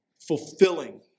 fulfilling